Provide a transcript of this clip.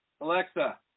Alexa